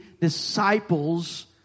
disciples